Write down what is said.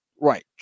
Right